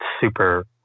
super